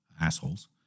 assholes